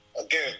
again